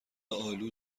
آلو